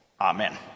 Amen